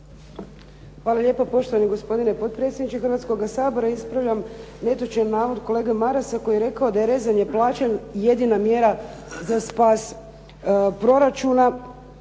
Hvala lijepo, poštovani gospodine potpredsjedniče Hrvatskoga sabora. Ispravljam netočan navod kolege Marasa koji je rekao da je rezanje plaće jedina mjera za spas proračuna